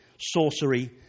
sorcery